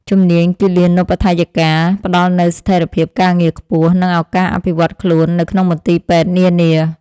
ជំនាញគិលានុបដ្ឋាយិកាផ្តល់នូវស្ថិរភាពការងារខ្ពស់ និងឱកាសអភិវឌ្ឍន៍ខ្លួននៅក្នុងមន្ទីរពេទ្យនានា។